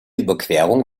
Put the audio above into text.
überquerung